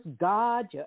God